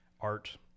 art